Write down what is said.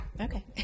Okay